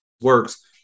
works